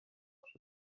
شده